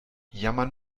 jammern